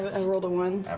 and rolled a one,